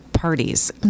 parties